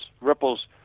ripples